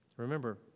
Remember